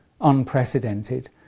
unprecedented